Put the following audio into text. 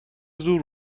زور